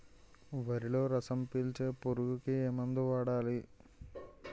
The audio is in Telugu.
వరిలో రసం పీల్చే పురుగుకి ఏ మందు వాడాలి?